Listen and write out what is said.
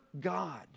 god